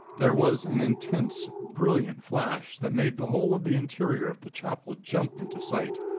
there was an intense, brilliant flash, that made the whole of the interior of the chapel jump into sight,